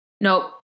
nope